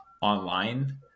online